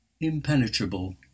impenetrable